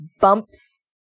bumps